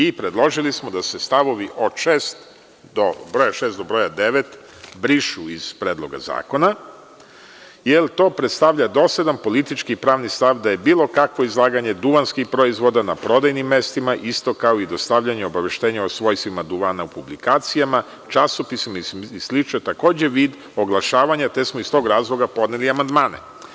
I, predložili smo da se stavovi od broja šest do broja devet brišu iz Predloga zakona, jer to predstavlja dosadan politički pravni stav da je bilo kakvo izlaganje duvanskih proizvoda na prodajnim mestima isto kao i dostavljanje obaveštenja o svojstvima duvana u publikacijama, časopisima i slično, takođe vid oglašavanja, te smo iz tog razloga podneli amandmane.